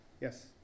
Yes